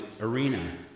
arena